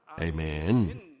Amen